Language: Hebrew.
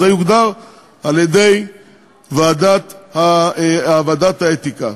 זה יוגדר על-ידי ועדת האתיקה.